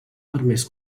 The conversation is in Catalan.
permès